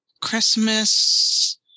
christmas